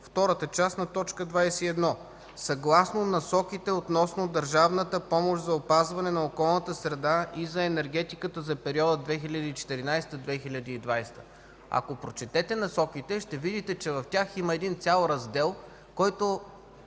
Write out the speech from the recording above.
втората част на т. 21: съгласно Насоките относно държавната помощ за опазване на околната среда и за енергетиката за периода 2014-2020 г. Ако прочетете насоките ще видите, че в тях има един цял раздел, който